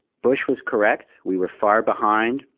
bush was correct. we were far behind.